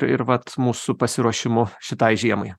ir vat mūsų pasiruošimu šitai žiemai